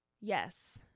Yes